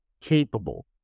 capable